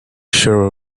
sure